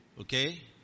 Okay